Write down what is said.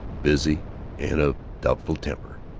busy and of doubtful temper.